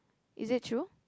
is it true